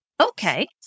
Okay